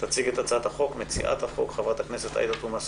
תציג את הצעת החוק מציעת החוק חברת הכנסת עאידה תומא סלימאן.